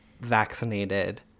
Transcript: vaccinated